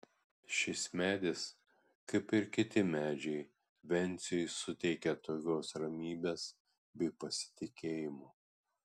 šis medis kaip ir kiti medžiai venciui suteikia tokios ramybės bei pasitikėjimo